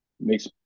makes